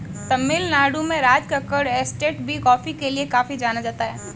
तमिल नाडु में राजकक्कड़ एस्टेट भी कॉफी के लिए काफी जाना जाता है